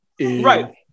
Right